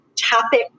topic